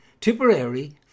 Tipperary